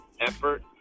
effort